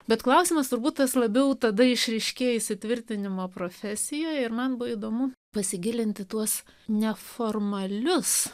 bet klausimas turbūt labiau tada išryškėja įsitvirtinimą profesijoje ir man buvo įdomu pasigilinti tuos neformalius